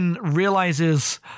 realizes